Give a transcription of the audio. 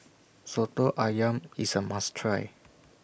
Soto Ayam IS A must Try